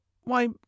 why